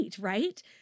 right